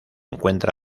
encuentra